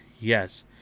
Yes